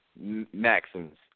maxims